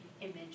image